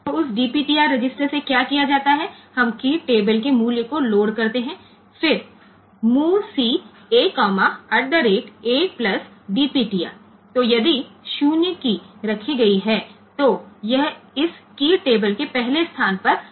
તેથી તે DPTR રજિસ્ટરમાંથી શું કરવામાં આવે છે કે આપણે કી ટેબલ ની કિંમત લોડ કરીએ છીએ અને પછી movc A અલ્પવિરામ a વત્તા dp DPTR ના દરે જો 0 કી મૂકવામાં આવી હોય તો તે આ કી ટેબલના પ્રથમ સ્થાન પર આવશે